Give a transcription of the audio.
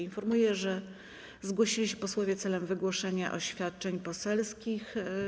Informuję, że zgłosili się posłowie w celu wygłoszenia oświadczeń poselskich.